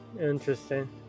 interesting